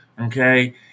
okay